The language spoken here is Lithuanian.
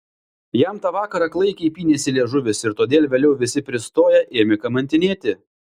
jam tą vakar klaikiai pynėsi liežuvis ir todėl vėliau visi pristoję ėmė kamantinėti